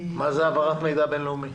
מה זה העברת מידע בין-לאומי?